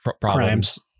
problems